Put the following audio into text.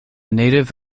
native